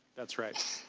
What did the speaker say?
that's right.